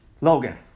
Logan